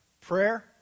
Prayer